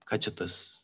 ką čia tas